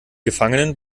gefangenen